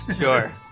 sure